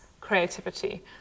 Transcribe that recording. creativity